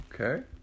okay